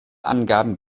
angaben